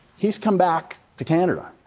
he's come back to canada.